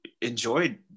enjoyed